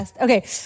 Okay